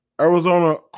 Arizona